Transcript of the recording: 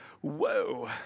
Whoa